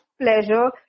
pleasure